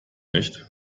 nicht